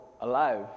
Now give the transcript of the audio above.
alive